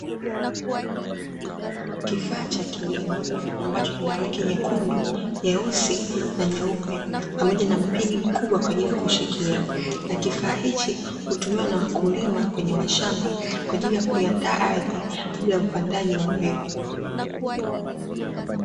Kifaa cha kilimo ambacho kina rangi nyekundu, nyeusi na nyeupe pamoja na mpini mkubwa kwa ajili ya kushikia na kifaa hichi hutumiwa na wakulima kwenye mashamba kwa ajili ya kuiandaa ardhi kabla ya upandaji wa mbegu.